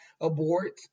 abort